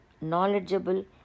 knowledgeable